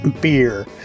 beer